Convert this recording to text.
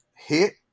Hit